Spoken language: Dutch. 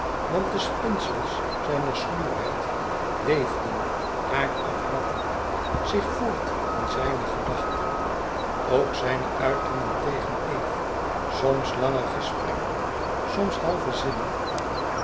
want de spinsels zijner sluwheid weefden haar afmattend zich voort in zijne gedachte ook zijne uitingen tegen eve soms lange gesprekken soms halve zinnen matteden